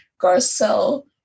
Garcelle